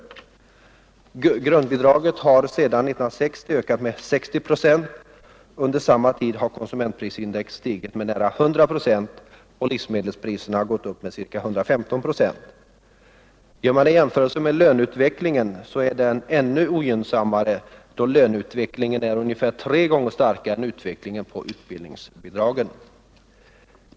Grundbidragen har sedan 1960 ökat med 60 procent. Under samma tid har konsumentprisindex stigit med nära 100 procent och livsmedelspriserna har gått upp med ca 115 procent. Gör man en jämförelse med löneutvecklingen så framstår det ännu ogynnsammare, då löneutvecklingen är ungefär tre gånger starkare än utvecklingen när det gäller utbildningsbidragen.